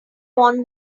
want